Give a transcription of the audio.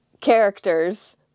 characters